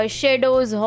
shadows